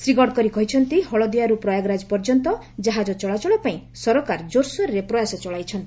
ଶ୍ରୀ ଗଡକରୀ କହିଛନ୍ତି ହଳଦିଆରୁ ପ୍ରୟାଗରାଜ ପର୍ଯ୍ୟନ୍ତ ଜାହାଜ ଚଳାଚଳ ପାଇଁ ସରକାର ଜୋର୍ସୋର୍ରେ ପ୍ୟାସ ଚଳାଇଛନ୍ତି